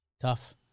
tough